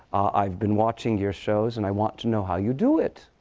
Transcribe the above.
i've been watching your shows. and i want to know how you do it.